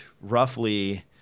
roughly